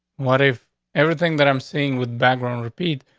what if everything that i'm seeing with background repeat,